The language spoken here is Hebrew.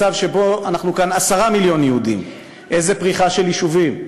מצב שבו אנחנו כאן 10 מיליון יהודים: איזו פריחה של יישובים;